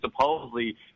supposedly